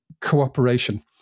cooperation